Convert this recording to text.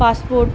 passport